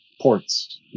ports